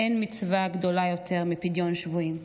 אין מצווה גדולה יותר מפדיון שבויים.